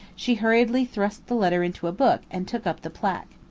she hurriedly thrust the letter into a book and took up the placque.